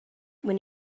when